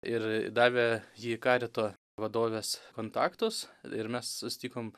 ir davė ji karito vadovės kontaktus ir mes susitikom